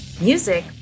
Music